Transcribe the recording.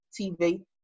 TV